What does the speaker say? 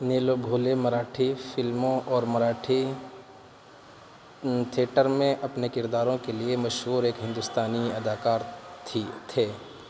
نیلو بھولے مراٹھی فلموں اور مراٹھی تھیٹر میں اپنے کرداروں کے لیے مشہور ایک ہندوستانی اداکار تھی تھے